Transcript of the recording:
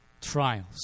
Trials